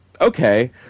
Okay